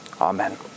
Amen